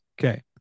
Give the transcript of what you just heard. Okay